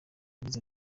yagize